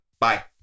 Bye